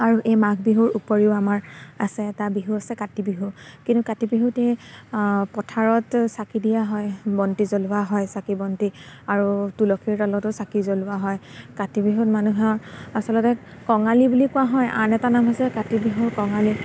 আৰু এই মাঘ বিহুৰ উপৰিও আমাৰ আছে এটা বিহু আছে কাতি বিহু কিন্তু কাতি বিহুতেই পথাৰত চাকি দিয়া হয় বন্তি জ্বলোৱা হয় চাকি বন্তি আৰু তুলসীৰ তলতো চাকি জ্বলোৱা হয় কাতি বিহুত মানুহৰ আচলতে কঙালী বুলি কোৱা হয় আন এটা নাম হৈছে কাতি বিহু কঙালী